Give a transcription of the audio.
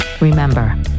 Remember